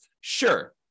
Sure